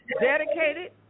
dedicated